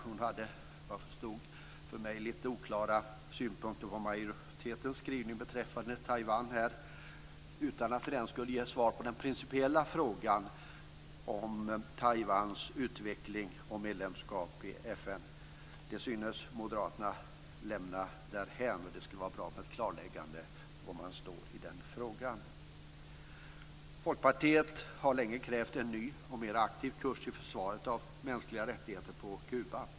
Hon hade för mig lite oklara synpunkter på majoritetens skrivning beträffande Taiwan utan att för den skull ge svar på den principiella frågan om Taiwans utveckling och medlemskap i FN. Det synes moderaterna lämna därhän, och det skulle vara bra med ett klarläggande var man står i den frågan. Folkpartiet har länge krävt en ny och mera aktiv kurs i försvaret av mänskliga rättigheter i Kuba.